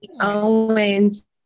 Owens